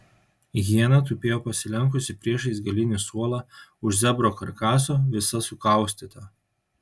hiena tupėjo pasilenkusi priešais galinį suolą už zebro karkaso visa sukaustyta